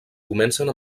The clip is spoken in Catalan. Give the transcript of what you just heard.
comencen